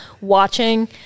watching